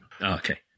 okay